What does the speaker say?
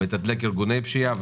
מתדלק ארגוני פשיעה,